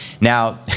Now